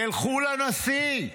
ילכו לנשיא.